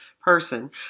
person